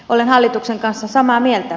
olen hallituksen kanssa samaa mieltä